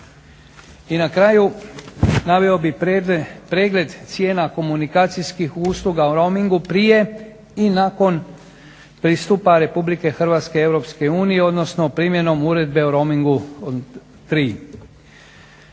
I na kraju naveo bih pregled cijena komunikacijskih usluga u roamingu prije i nakon pristupa Republike Hrvatske Europskoj uniji, odnosno primjenom uredbe o roamingu 3.